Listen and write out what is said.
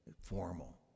formal